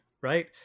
Right